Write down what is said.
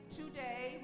today